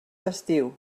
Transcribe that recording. festiu